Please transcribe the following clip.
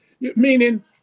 meaning